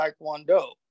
Taekwondo